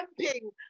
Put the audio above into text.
camping